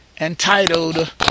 entitled